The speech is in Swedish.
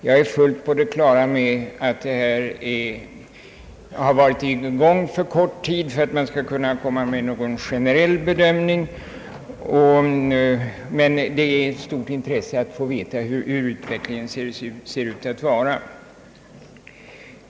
Jag är fullt på det klara med att systemet varit i tillämpning alltför kort tid för att man skall kunna göra någon generell bedömning av det, men det var som sagt intressant att få veta hur utvecklingen har gått.